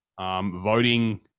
voting